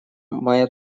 моя